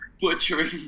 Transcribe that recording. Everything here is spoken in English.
butchering